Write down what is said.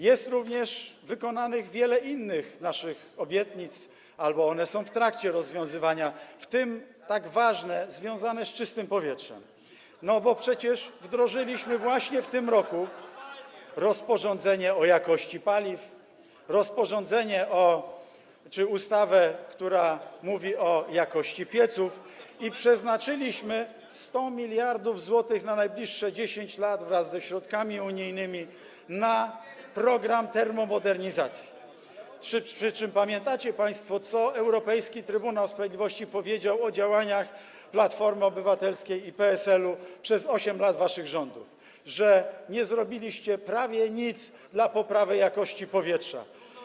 Jest również spełnionych wiele innych naszych obietnic albo one są w trakcie spełniania, w tym tak ważne, związane z czystym powietrzem, bo przecież właśnie w tym roku wdrożyliśmy rozporządzenie o jakości paliw, ustawę, która mówi o jakości pieców, i przeznaczyliśmy 100 mld zł na najbliższe 10 lat wraz ze środkami unijnymi na program termomodernizacji, przy czym pamiętacie państwo, co Europejski Trybunał Sprawiedliwości powiedział o działaniach Platformy Obywatelskiej i PSL-u przez 8 lat waszych rządów: że nie zrobiliście prawie nic dla poprawy jakości powietrza.